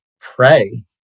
pray